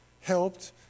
helped